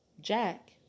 Jack